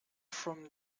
from